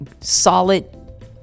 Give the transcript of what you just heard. solid